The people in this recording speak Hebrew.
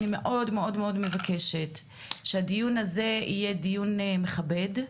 אני מאוד מבקשת שהדיון הזה יהיה דיון מכבד,